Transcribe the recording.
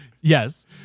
yes